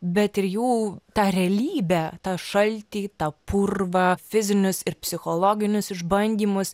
bet ir jų tą realybę tą šaltį tą purvą fizinius ir psichologinius išbandymus